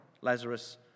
Lazarus